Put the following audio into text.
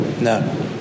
No